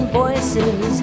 voices